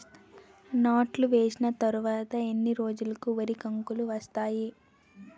నాట్లు వేసిన తర్వాత ఎన్ని రోజులకు వరి కంకులు వస్తాయి?